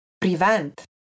prevent